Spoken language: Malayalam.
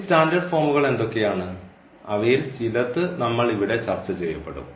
ഈ സ്റ്റാൻഡേർഡ് ഫോമുകൾ എന്തൊക്കെയാണ് അവയിൽ ചിലത് നമ്മൾ ഇവിടെ ചർച്ച ചെയ്യപ്പെടും